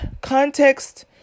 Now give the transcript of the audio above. context